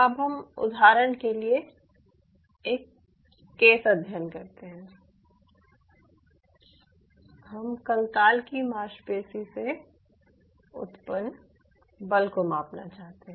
अब हम उदाहरण के लिए एक केस अध्ययन करते हैं हम कंकाल की मांसपेशी से उत्पन्न बल को मापना चाहते हैं